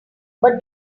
but